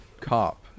cop